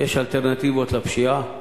יש אלטרנטיבות לפשיעה.